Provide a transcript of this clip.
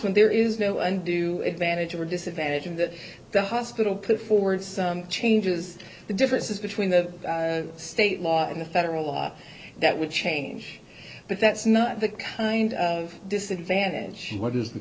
one there is no undue advantage or disadvantage in that the hospital put forward some changes to the differences between the state law and the federal law that would change but that's not the kind of disadvantage what is the